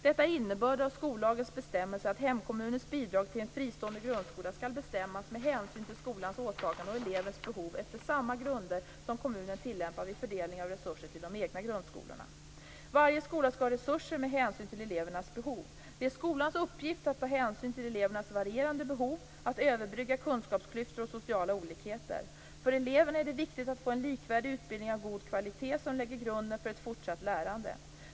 Detta är innebörden i skollagens bestämmelse att hemkommunens bidag till en fristående grundskola skall bestämmas med hänsyn till skolans åtagande och elevens behov efter samma grunder som kommunen tillämpar vid fördelning av resurser till de egna grundskolorna. Varje skola skall ha resurser med hänsyn till elevernas behov. Det är skolans uppgift att ta hänsyn till elevernas varierande behov, att överbrygga kunskapsklyftor och sociala olikheter. För eleverna är det viktigt att få en likvärdig utbildning av god kvalitet som lägger grunden för ett fortsatt lärande.